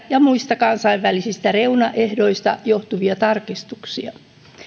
ja muista kansainvälisistä reunaehdoista johtuvia tarkistuksia